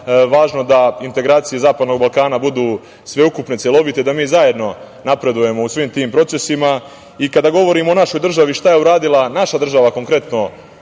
važno, da integracije zapadnog Balkana budu sveukupne, celovite, da zajedno napredujemo u svim tim procesima. Kada govorimo o našoj državi, šta je uradila naša država konkretno